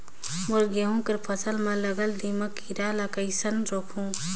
मोर गहूं कर फसल म लगल दीमक कीरा ला कइसन रोकहू?